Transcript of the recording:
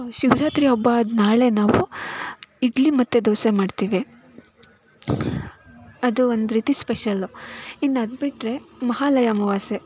ಹಾಂ ಶಿವರಾತ್ರಿ ಹಬ್ಬ ಆದ ನಾಳೆ ನಾವು ಇಡ್ಲಿ ಮತ್ತು ದೋಸೆ ಮಾಡ್ತೀವಿ ಅದು ಒಂದು ರೀತಿ ಸ್ಪೆಷಲ್ಲು ಇನ್ನು ಅದು ಬಿಟ್ಟರೆ ಮಹಾಲಯ ಅಮಾವಾಸ್ಯೆ